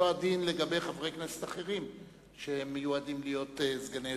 אותו הדין לגבי חברי כנסת אחרים שמיועדים להיות סגני יושב-ראש.